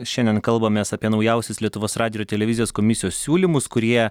šiandien kalbamės apie naujausius lietuvos radijo ir televizijos komisijos siūlymus kurie